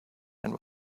and